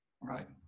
Right